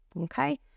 Okay